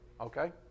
Okay